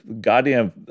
goddamn